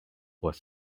was